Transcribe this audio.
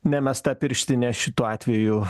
nemesta pirštinė šituo atveju